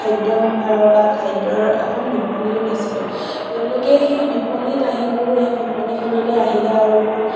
খাদ্য সম্ভাৰৰ বা খাদ্যৰ এখন বিপণীও দিছিলোঁ তেওঁলোকে সেই বিপণীত আহি মোৰ সেই বিপণীখনলৈ আহিলে আৰু মোৰ